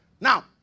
Now